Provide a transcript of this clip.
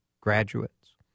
graduates